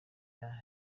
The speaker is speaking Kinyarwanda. bya